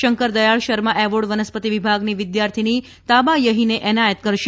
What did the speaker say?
Shankar Dayal Sharma award વનસ્પતિ વિભાગની વિદ્યાર્થીની તાબા યહીને એનાયત કરશે